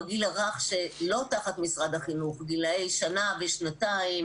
בגיל הרך שלא תחת משרד החינוך, גילאי שנה ושנתיים,